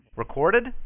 Recorded